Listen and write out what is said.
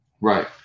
Right